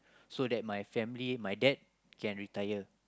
so that my family my dad can retire